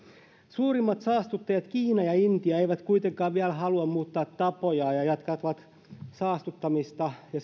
suurimmat saastuttajat kiina ja intia eivät kuitenkaan vielä halua muuttaa tapojaan ja jatkavat saastuttamista ja